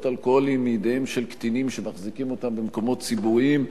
אלכוהוליים מידיהם של קטינים שמחזיקים אותם במקומות ציבוריים,